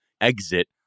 exit